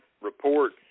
report